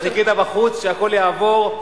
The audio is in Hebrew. אתה חיכית בחוץ שהכול יעבור,